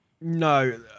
No